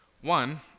One